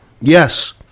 Yes